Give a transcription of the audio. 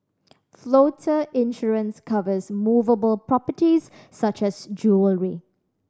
floater insurance covers movable properties such as jewellery